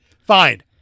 Fine